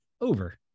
Over